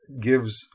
gives